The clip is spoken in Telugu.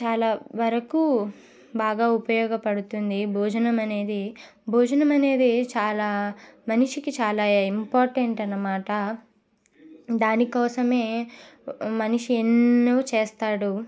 చాలా వరకు బాగా ఉపయోగపడుతుంది ఈ భోజనం అనేది భోజనం అనేది చాలా మనిషికి చాలా ఇంపార్టెంట్ అన్నమాట దాని కోసమే మనిషి ఎన్నో చేస్తాడు